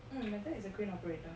mm my dad is a crane operator